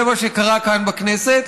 זה מה שקרה כאן בכנסת,